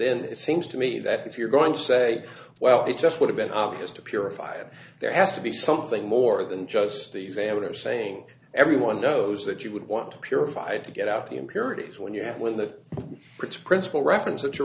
then it seems to me that if you're going to say well it just would have been obvious to purify it there has to be something more than just the examiner saying everyone knows that you would want purified to get out the impurities when you have when the rich principle reference